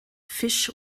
fisch